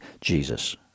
jesus